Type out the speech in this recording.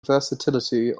versatility